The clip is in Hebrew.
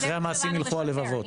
ילכו הלבבות.